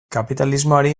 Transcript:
kapitalismoari